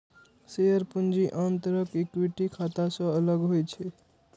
share पूंजी आन तरहक इक्विटी खाता सं अलग होइ छै